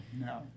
no